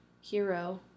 hero